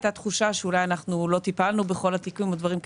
הייתה תחושה שאולי אנחנו לא טיפלנו בכל התיקים או דברים כאלה,